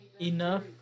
enough